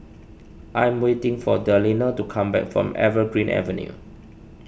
I am waiting for Delina to come back from Evergreen Avenue